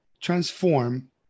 transform